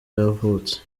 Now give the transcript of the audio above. yavutse